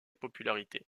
popularité